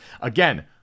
Again